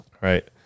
Right